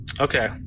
Okay